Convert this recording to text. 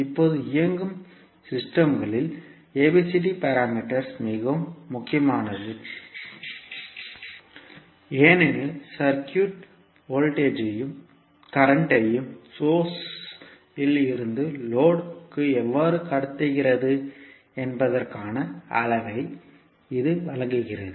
இப்போது இயங்கும் சிஸ்டம்களில் ABCD பாராமீட்டர் மிகவும் முக்கியமானது ஏனெனில் சர்க்யூட் வோல்டேஜ்யும் கரண்ட்யும் சோர்ஸ் இல் இருந்து லோடு க்கு எவ்வாறு கடத்துகிறது என்பதற்கான அளவை இது வழங்குகிறது